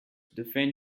defend